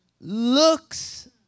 Looks